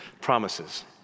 promises